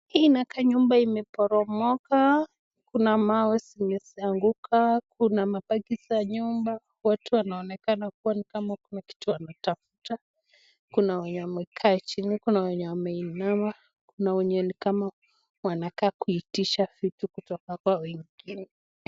Hii inakaa nyumba imepromoka, kuna mawe zenye zimeanguka , kuna mabaki za nyumba watu wanaonekana kuwa ni kama kitu wanatafuta, kuna wenye wamekaa chini kuna wenye wameinama, kuna wenye nikama wanakaa kuitisha vitu kutoka kwa wengine.